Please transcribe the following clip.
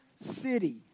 city